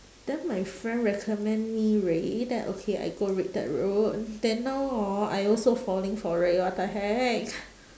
then my friend recommend me ray then okay I go ray that route then now hor I also falling for ray what the heck